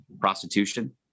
Prostitution